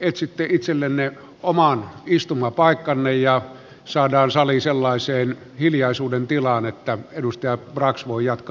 etsitte itsellenne oman istumapaikkanne jotta saadaan sali sellaiseen hiljaisuuden tilaan että edustaja brax voi jatkaa ansiokasta esitystään